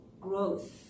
growth